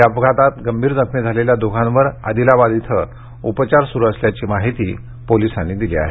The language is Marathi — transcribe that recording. या अपघातात गंभीर जखमी झालेल्या दोघांवर आदिलाबाद इथं उपचार सुरू असल्याची माहिती पोलीसांनी दिली आहे